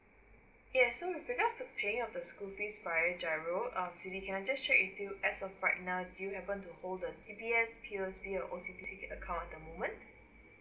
okay so because the pay of the school fees via G_I_R_O um siti can I just check with you as of right now do you happen to hold the D_B_S P_O_S_B or O_C_B_C account at the moment